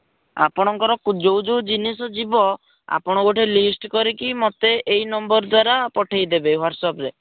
ଆପଣଙ୍କର କୋ ଯେଉଁ ଯେଉଁ ଜିନିଷ ଯିବ ଆପଣ ଗୋଟେ ଲିଷ୍ଟ୍ କରିକି ମୋତେ ଏହି ନମ୍ବର୍ ଦ୍ୱାରା ପଠାଇ ଦେବେ ହ୍ଵାଟ୍ସଅପ୍ରେ